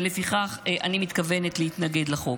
ולפיכך, אני מתכוונת להתנגד לחוק.